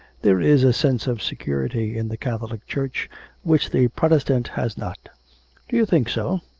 there is a sense of security in the catholic church which the protestant has not do you think so?